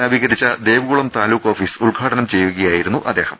നവീകരിച്ച ദേവികുളം താലൂക്ക് ഓഫീസ് ഉദ്ഘാടനം ചെയ്യുകയാ യിരുന്നു അദ്ദേഹം